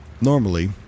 Normally